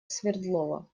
свердлова